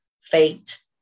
fate